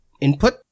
input